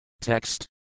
Text